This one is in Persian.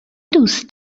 دوست